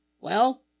Well